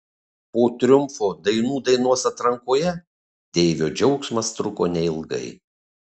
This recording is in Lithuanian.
po triumfo dainų dainos atrankoje deivio džiaugsmas truko neilgai